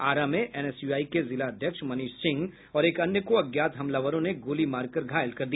आरा में एनएसयूआई के जिला अध्यक्ष मनीष सिंह और एक अन्य को अज्ञात हमलावरों ने गोली मारकर घायल कर दिया